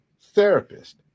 Therapist